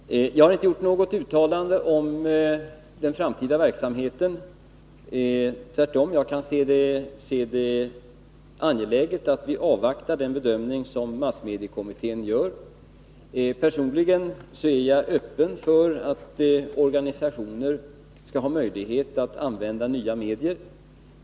Fru talman! Jag har inte gjort något uttalande om den framtida verksamheten. Jag kan se det som angeläget att vi avvaktar den bedömning som massmediekommittén skall göra. Personligen är jag öppen för att organisationer skall ha möjlighet att använda nya medier.